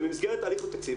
במסגרת תהליך התקציב,